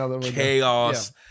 chaos